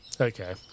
Okay